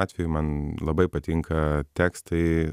atveju man labai patinka tekstai